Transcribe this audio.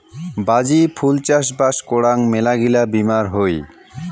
বাজি ফুল চাষবাস করাং মেলাগিলা বীমার হই